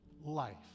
life